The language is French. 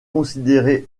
considéré